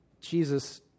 Jesus